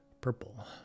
Purple